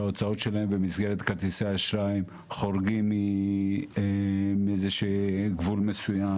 שההוצאות שלהם במסגרת כרטיסי האשראי חורגות מאיזשהו גבול מסוים.